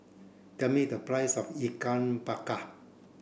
tell me the price of Ikan Bakar